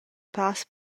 pass